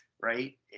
right